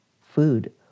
food